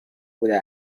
بوده